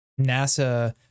NASA